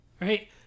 right